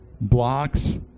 blocks